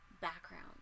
background